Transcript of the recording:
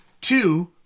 Two